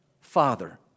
Father